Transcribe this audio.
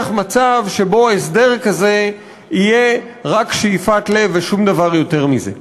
מצב שבו הסדר כזה יהיה רק שאיפת לב ושום דבר יותר מזה.